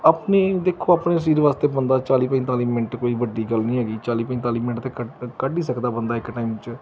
ਆਪਣੀ ਦੇਖੋ ਆਪਣੇ ਸਰੀਰ ਵਾਸਤੇ ਬੰਦਾ ਚਾਲੀ ਪੰਤਾਲੀ ਮਿੰਟ ਕੋਈ ਵੱਡੀ ਗੱਲ ਨਹੀਂ ਹੈਗੀ ਚਾਲੀ ਪੰਤਾਲੀ ਮਿੰਟ ਤਾਂ ਕੱਢ ਹੀ ਸਕਦਾ ਬੰਦਾ ਇੱਕ ਟਾਈਮ 'ਚ